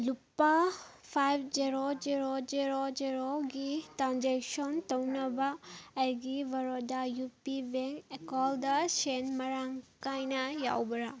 ꯂꯨꯄꯥ ꯐꯥꯏꯕ zero zero zero ꯖꯦꯔꯣꯒꯤ ꯇ꯭ꯔꯥꯟꯖꯦꯛꯁꯟ ꯇꯧꯅꯕ ꯑꯩꯒꯤ ꯕꯥꯔꯣꯗꯥ ꯌꯨ ꯄꯤ ꯕꯦꯡ ꯑꯦꯀꯥꯎꯟꯗ ꯁꯦꯜ ꯃꯔꯥꯡ ꯀꯥꯏꯅ ꯌꯥꯎꯕ꯭ꯔꯥ